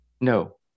No